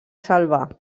salvar